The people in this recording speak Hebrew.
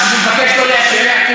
אני מבקש לא להפריע.